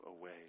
away